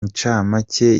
incamake